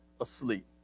asleep